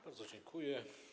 Bardzo dziękuję.